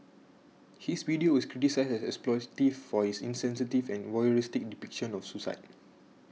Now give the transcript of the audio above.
his video was criticised as exploitative for his insensitive and voyeuristic depiction of suicide